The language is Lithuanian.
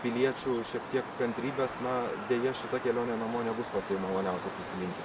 piliečių šiek tiek kantrybės na deja šita kelionė namo nebus pati maloniausia prisiminti